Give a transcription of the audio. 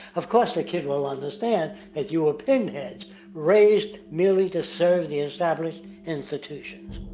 of course, the kid will understand that you're pinheads raised merely to serve the established institutons.